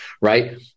right